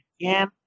again